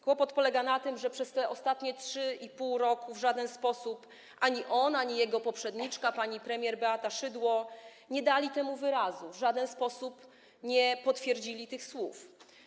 Kłopot polega na tym, że przez te ostatnie 3,5 roku w żaden sposób ani on, ani jego poprzedniczka pani premier Beata Szydło nie dali temu wyrazu, w żaden sposób nie potwierdzili tych słów.